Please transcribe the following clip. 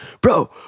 bro